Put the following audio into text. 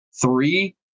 three